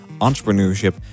entrepreneurship